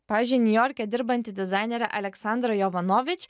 pavyzdžiui niujorke dirbanti dizainerė aleksandra jovanovič